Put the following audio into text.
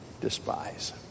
despise